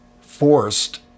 forced